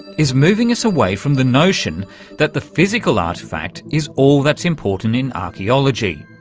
is moving us away from the notion that the physical artefact is all that's important in archaeology.